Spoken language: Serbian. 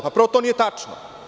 Prvo to nije tačno.